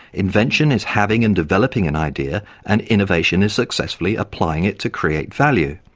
invention is having and developing an idea and innovation is successfully applying it to create value,